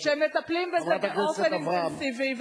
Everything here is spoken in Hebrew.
שמטפלים בזה באופן אינטנסיבי,